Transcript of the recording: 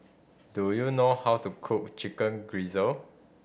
do you know how to cook Chicken Gizzard